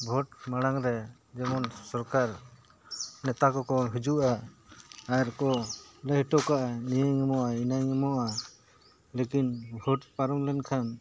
ᱵᱷᱳᱴ ᱢᱟᱲᱟᱝ ᱨᱮ ᱡᱮᱢᱚᱱ ᱥᱚᱨᱠᱟᱨ ᱱᱮᱛᱟ ᱠᱚᱠᱚ ᱦᱤᱡᱩᱜᱼᱟ ᱟᱨ ᱠᱚ ᱞᱟᱹᱭ ᱦᱚᱴᱚ ᱠᱟᱜᱼᱟ ᱱᱤᱭᱟᱹᱧ ᱮᱢᱚᱜᱼᱟ ᱤᱱᱟᱹᱧ ᱮᱢᱚᱜᱼᱟ ᱞᱮᱠᱤᱱ ᱵᱷᱳᱴ ᱯᱟᱨᱚᱢ ᱞᱮᱱᱠᱷᱟᱱ